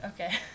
Okay